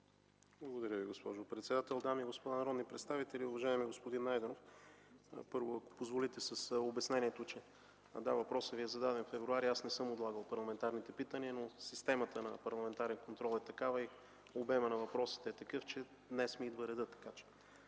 Благодаря Ви, госпожо председател. Дами и господа народни представители, уважаеми господин Найденов, първо, ако позволите с обяснението, че да, въпросът Ви е зададен през февруари, аз не съм отлагал парламентарните питания. Системата на парламентарен контрол е такава и обемът на въпросите е такъв, че днес ми идва редът, така че